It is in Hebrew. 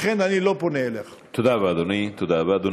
תודה רבה, אדוני.